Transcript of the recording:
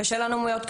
קשה לנו מאוד,